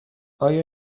آیا